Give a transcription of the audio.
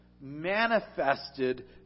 manifested